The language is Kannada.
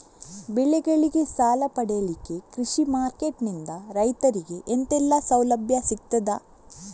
ಬೆಳೆಗಳಿಗೆ ಸಾಲ ಪಡಿಲಿಕ್ಕೆ ಕೃಷಿ ಮಾರ್ಕೆಟ್ ನಿಂದ ರೈತರಿಗೆ ಎಂತೆಲ್ಲ ಸೌಲಭ್ಯ ಸಿಗ್ತದ?